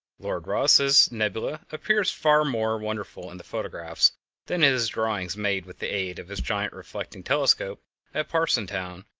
lord rosse's nebula appears far more wonderful in the photographs than in his drawings made with the aid of his giant reflecting telescope at parsonstown,